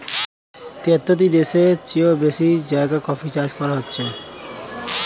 তিয়াত্তরটি দেশের চেও বেশি জায়গায় কফি চাষ করা হচ্ছে